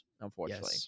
unfortunately